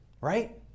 right